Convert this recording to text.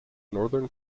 northern